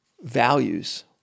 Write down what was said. Values